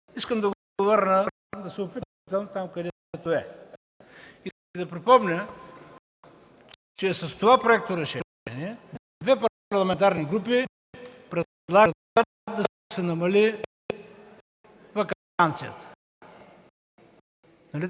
искам да се опитам да го върна там, където е и да припомня, че с това проекторешение две парламентарни групи предлагат да се намали ваканцията. Нали